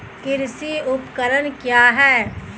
कृषि उपकरण क्या है?